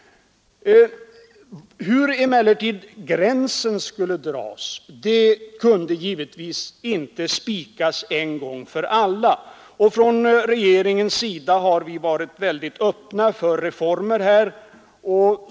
Hur gränsen skulle dras kunde emellertid givetvis inte spikas en gång för alla. Regeringen har som sagt varit mycket öppen för reformer på detta område.